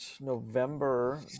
November